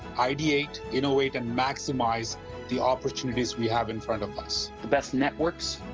ideate, innovate and maximize the opportunities we have in front of us. the best networks.